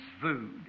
food